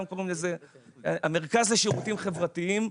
היום קוראים לזה המרכז לשירותים חברתיים,